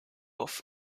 off